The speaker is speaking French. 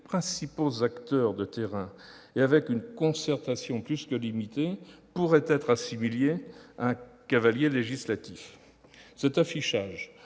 principaux acteurs de terrain et après une concertation plus que limitée, pourrait être assimilée à un cavalier législatif. Cette